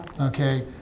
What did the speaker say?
Okay